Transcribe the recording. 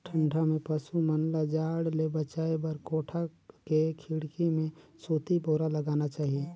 ठंडा में पसु मन ल जाड़ ले बचाये बर कोठा के खिड़की में सूती बोरा लगाना चाही